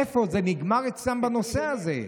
איפה זה נגמר אצלם בנושא הזה?